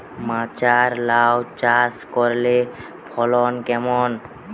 মাচায় লাউ চাষ করলে ফলন কেমন?